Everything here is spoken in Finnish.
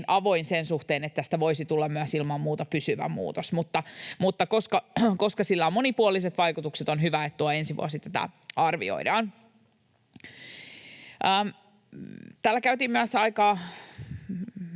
avoin sen suhteen, että tästä voisi tulla ilman muuta myös pysyvä muutos, mutta koska sillä on monipuoliset vaikutukset, on hyvä, että tuo ensi vuosi tätä arvioidaan. Täällä käytettiin myös aika